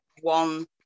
one